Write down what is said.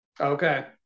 Okay